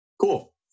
Cool